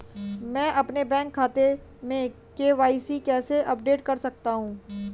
मैं अपने बैंक खाते में के.वाई.सी कैसे अपडेट कर सकता हूँ?